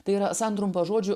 tai yra santrumpa žodžių